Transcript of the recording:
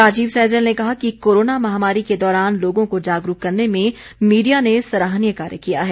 राजीव सैजल ने कहा कि कोरोना महामारी के दौरान लोगों को जागरूक करने में मीडिया ने सराहनीय कार्य किया है